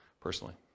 personally